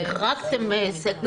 אז החרגתם סקטור מסוים.